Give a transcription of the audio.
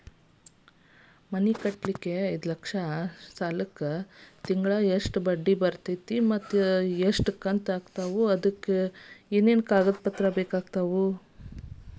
ಮನಿ ಕಟ್ಟಲಿಕ್ಕೆ ಐದ ಲಕ್ಷ ಸಾಲಕ್ಕ ತಿಂಗಳಾ ಎಷ್ಟ ಬಡ್ಡಿ ಬಿಳ್ತೈತಿ ಮತ್ತ ಎಷ್ಟ ಕಂತು ಆಗ್ತಾವ್ ಅದಕ ಏನೇನು ಕಾಗದ ಪತ್ರ ಬೇಕಾಗ್ತವು?